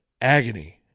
agony